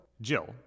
Jill